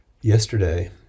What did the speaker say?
Yesterday